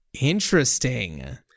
Interesting